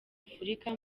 afurika